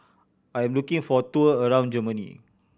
I am looking for a tour around Germany